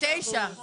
יש 49 אחוזים.